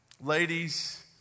Ladies